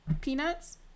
peanuts